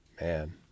man